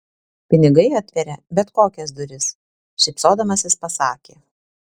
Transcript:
pinigai atveria bet kokias duris šypsodamasis pasakė